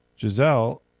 Giselle